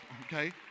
okay